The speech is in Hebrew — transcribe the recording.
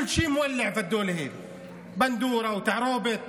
(אומר דברים בשפה הערבית,